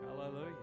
Hallelujah